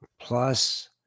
plus